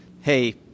hey